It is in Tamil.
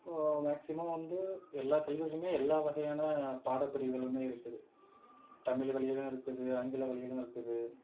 மேக்சிமம் வந்து எல்லா கல்லூரிலேயுமே எல்லா வகையான பாடப்பிரிவுகளுமே இருக்குது தமிழ் வழியிலேயும் இருக்குது ஆங்கில வழியிலும் இருக்குது